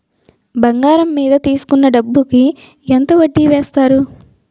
బంగారం మీద తీసుకున్న డబ్బు కి ఎంత వడ్డీ వేస్తారు?